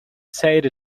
said